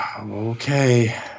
Okay